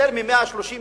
יותר מ-130 יישובים.